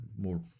more